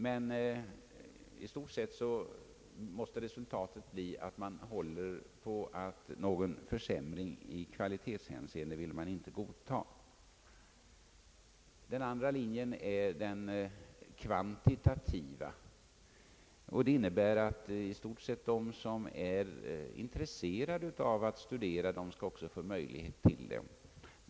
Men i stort sett måste resultatet bli, att man håller på att man inte vill godtaga någon försämring i kvalitetshänseende. Den andra linjen är den kvantitativa, och den innebär att de som är intresserade av att studera i stort sett också skall få möjlighet därtill.